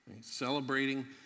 Celebrating